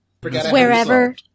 Wherever